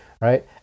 Right